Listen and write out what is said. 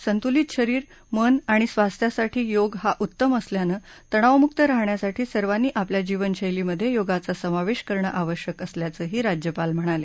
संतुलित शरीर मन आणि स्वास्थासाठी योग हा उत्तम असल्यानं तणावमुक्त राहण्यासाठी सर्वांनी आपल्या जीवनशैलीमध्ये योगाचा समावेश करणं आवश्यक असल्याचंही राज्यपाल म्हणाले